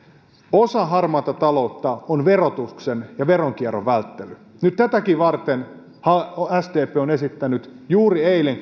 osa harmaata taloutta on verotuksen välttely ja veronkierto nyt tätäkin varten sdp on esittänyt juuri eilen